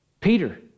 Peter